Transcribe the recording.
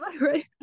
right